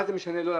מה זה משנה לבנקים?